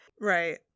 Right